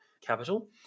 capital